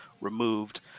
removed